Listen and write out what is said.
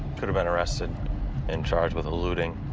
could've been arrested and charged with alluding.